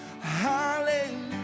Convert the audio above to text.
Hallelujah